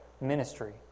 ministry